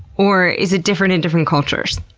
or is it different in different cultures?